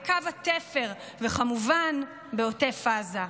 בקו התפר וכמובן בעוטף עזה.